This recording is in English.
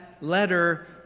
letter